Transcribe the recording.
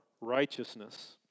righteousness